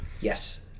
Yes